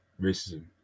racism